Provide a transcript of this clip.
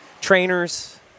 Trainers